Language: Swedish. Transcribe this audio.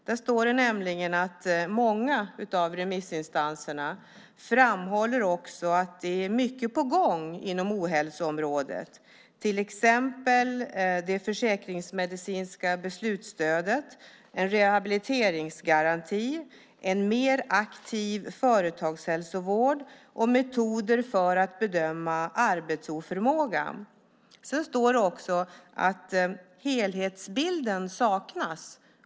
Där står nämligen att många av remissinstanserna också framhåller att det är mycket på gång inom ohälsoområdet, till exempel det försäkringsmedicinska beslutsstödet, en rehabiliteringsgaranti, en mer aktiv företagshälsovård och metoder för att bedöma arbetsoförmåga. Sedan står det också att helhetsbilden saknas.